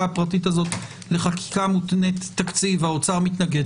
הפרטית הזאת לחקיקה מותנית תקציב והאוצר מתנגד,